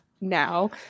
now